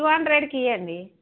two హండ్రెడ్కి ఇవ్వండి